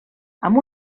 amb